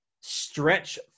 stretch